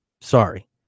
Sorry